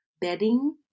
bedding